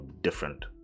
different